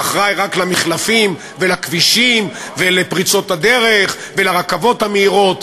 שאחראי רק למחלפים ולכבישים ולפריצות הדרך ולרכבות המהירות,